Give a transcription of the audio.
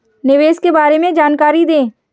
निवेश के बारे में जानकारी दें?